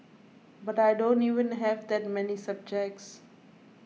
but I don't even have that many subjects